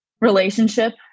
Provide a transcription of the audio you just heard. relationship